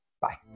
Bye